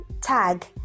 tag